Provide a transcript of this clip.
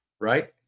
Right